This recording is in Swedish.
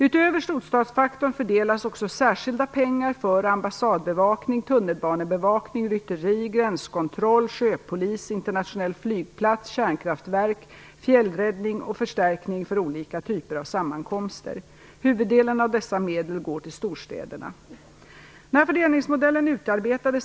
Utöver storstadsfaktorn fördelas också särskilda pengar för ambassadbevakning, tunnelbanebevakning, rytteri, gränskontroll, sjöpolis, internationell flygplats, kärnkraftverk, fjällräddning och förstärkning för olika typer av sammankomster. Huvuddelen av dessa medel går till storstäderna.